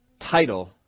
title